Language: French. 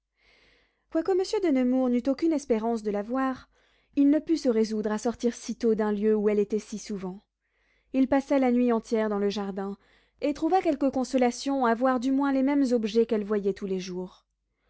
quoique monsieur de nemours n'eût aucune espérance de la voir il ne put se résoudre à sortir si tôt d'un lieu où elle était si souvent il passa la nuit entière dans le jardin et trouva quelque consolation à voir du moins les mêmes objets qu'elle voyait tous les jours